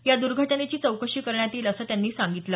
या द्र्घटनेची चौकशी करण्यात येईल असं त्यांनी सांगितलं